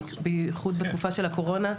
בייחוד בתקופה של הקורונה.